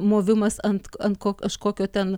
movimas ant ant ko kažkokio ten